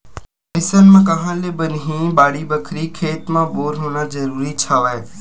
अइसन म काँहा ले बनही बाड़ी बखरी, खेत म बोर होना जरुरीच हवय